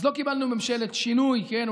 אז לא קיבלנו ממשלת שינוי, כן?